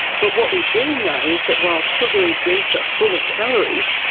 but what we do know is that while sugary drinks are full of calories,